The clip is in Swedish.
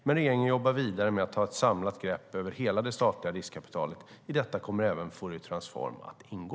Men regeringen jobbar vidare med att ta ett samlat grepp över hela det statliga riskkapitalet. I detta kommer även Fouriertransform att ingå.